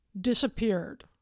disappeared